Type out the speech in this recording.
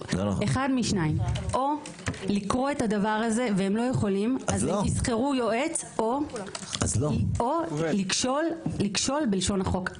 או לקרוא את זה והם לא יכולים אז ישכרו יועץ או לכשול בלשון החוק.